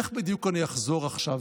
איך בדיוק אני אחזור עכשיו,